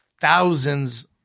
thousands